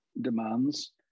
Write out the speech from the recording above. demands